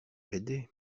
l’aider